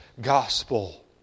Gospel